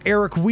Eric